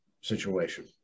situation